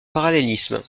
parallélisme